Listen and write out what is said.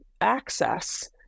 access